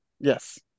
Yes